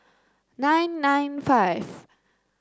nine nine five